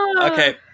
Okay